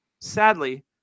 sadly